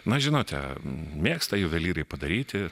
na žinote mėgsta juvelyrai padaryti